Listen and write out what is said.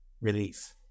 relief